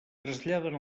traslladen